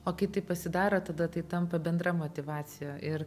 o kai taip pasidaro tada tai tampa bendra motyvacija ir